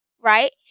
right